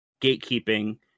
gatekeeping